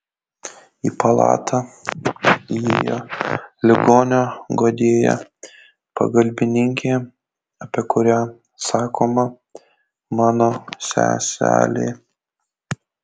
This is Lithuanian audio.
į palatą įėjo ligonio guodėja pagalbininkė apie kurią sakoma mano seselė